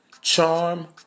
Charm